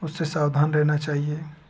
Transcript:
उससे सावधान रहना चाहिए